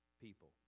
people